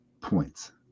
points